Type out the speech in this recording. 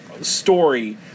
story